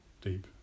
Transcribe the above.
deep